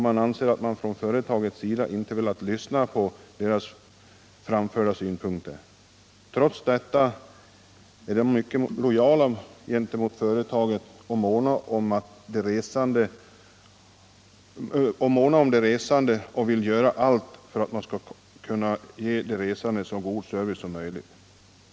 Man anser att företaget inte har velat lyssna på de framförda synpunkterna. Men trots detta = Nr 59 är personalen mycket lojal gentemot företaget. Den vill måna om de resande Torsdagen den och ge dem en så god service som möjligt.